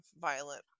violent